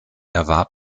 erwarb